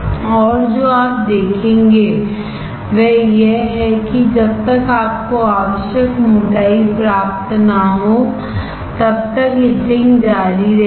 और जो आप देखेंगे वह यह है कि जब तक आपको आवश्यक मोटाई प्राप्त न हो तब तक इचिंग जारी रहेगी